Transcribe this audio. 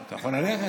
אתה יכול ללכת,